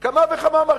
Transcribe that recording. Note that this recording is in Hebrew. כמה וכמה מרכיבים.